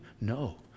no